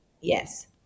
Yes